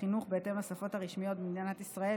החינוך בהתאם לשפות הרשמיות במדינת ישראל,